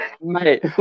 Mate